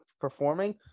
performing